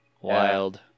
Wild